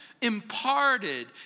imparted